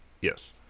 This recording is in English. Yes